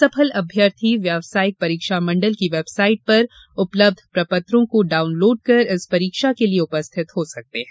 सफल अभ्यर्थी व्यवसायिक परीक्षा मंडल की वेबसाइट पर उपलब्ध प्रपत्रों को डाउनलोड कर इस परीक्षा के लिये उपस्थित हो सकते हैं